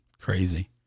Crazy